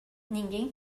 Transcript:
ninguém